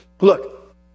Look